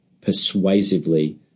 persuasively